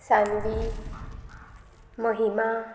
Saanvi Mahima